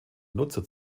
nutzer